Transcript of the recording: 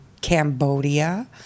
Cambodia